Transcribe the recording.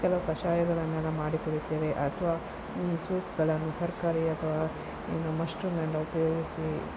ಕೆಲವು ಕಷಾಯಗಳನ್ನೆಲ್ಲ ಮಾಡಿ ಕುಡಿತೇವೆ ಅಥವಾ ಸೂಪ್ಗಳನ್ನು ತರಕಾರಿ ಅಥವಾ ಏನು ಮಶ್ರುಮ್ ಎಲ್ಲ ಉಪಯೋಗಿಸಿ